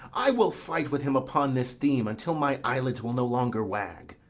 i will fight with him upon this theme until my eyelids will no longer wag.